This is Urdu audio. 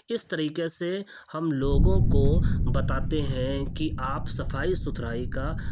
اس طریقے سے ہم لوگوں کو بتاتے ہیں کہ آپ صفائی ستھرائی کا